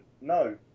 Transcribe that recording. no